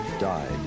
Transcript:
died